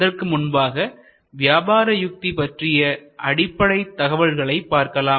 அதற்கு முன்பாக வியாபார யுக்தி பற்றிய அடிப்படை தகவல்களை பார்க்கலாம்